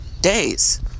days